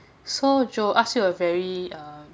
so joe ask you a very uh